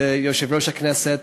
ליושב-ראש הכנסת,